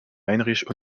heinrich